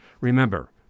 Remember